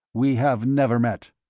we have never met.